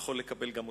יכול לקבל גם אותם.